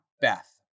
Beth